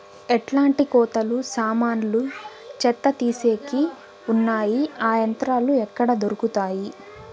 ఎట్లాంటి కోతలు సామాన్లు చెత్త తీసేకి వున్నాయి? ఆ యంత్రాలు ఎక్కడ దొరుకుతాయి?